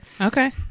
Okay